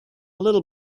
little